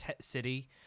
city